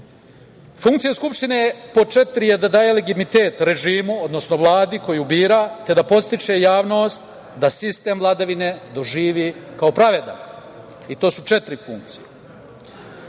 državi. Funkcija skupštine pod 4. je da daje legitimitet režimu, odnosno Vladi koju bira, te da podstiče javnost da sistem vladavine doživi kao pravedan. To su četiri funkcije. Dok